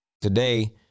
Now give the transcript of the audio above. Today